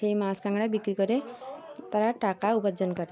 সেই মাছ কাঁকড়া বিক্রি করে তারা টাকা উপার্জন করে